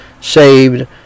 saved